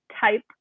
type